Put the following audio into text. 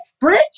bridge